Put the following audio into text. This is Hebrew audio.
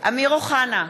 אמיר אוחנה,